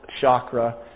chakra